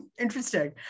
Interesting